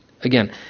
Again